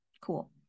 cool